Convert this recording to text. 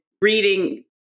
reading